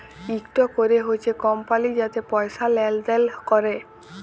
ইকট ক্যরে হছে কমপালি যাতে পয়সা লেলদেল ক্যরে